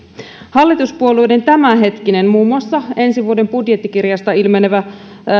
hallituspuolueiden tämänhetkinen muun muassa ensi vuoden budjettikirjasta ilmenevä